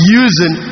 using